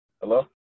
Hello